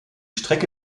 strecke